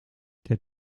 der